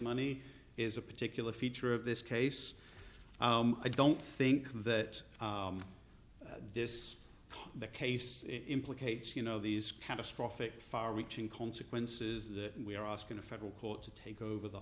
money is a particular feature of this case i don't think that this is the case implicates you know these catastrophic far reaching consequences that we're asking a federal court to take over the